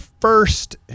first